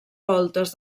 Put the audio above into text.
voltes